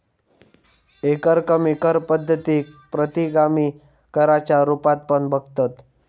एकरकमी कर पद्धतीक प्रतिगामी कराच्या रुपात पण बघतत